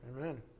Amen